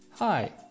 Hi